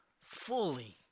fully